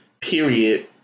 Period